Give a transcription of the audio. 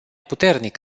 puternic